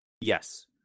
Yes